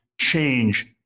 change